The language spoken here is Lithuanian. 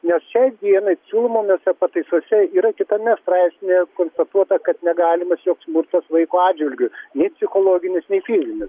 nes šiai dienai siūlomose pataisose yra kitame straipsnyje konstatuota kad negalimas joks smurtas vaiko atžvilgiu nei psichologinis nei fizinis